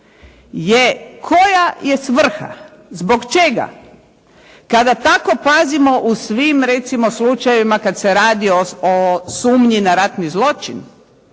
je koja je svrha, zbog čega kada tako pazimo u svim recimo slučajevima kada se radi o sumnji na ratni zločin,